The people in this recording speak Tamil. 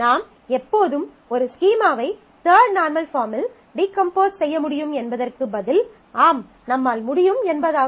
நாம் எப்போதும் ஒரு ஸ்கீமாவை தர்ட் நார்மல் பாஃர்ம்மில் டீகம்போஸ் செய்ய முடியும் என்பதற்கு பதில் ஆம் நம்மால் முடியும் என்பதாகும்